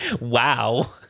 wow